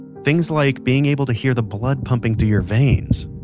things like being able to hear the blood pumping through your veins,